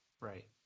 Right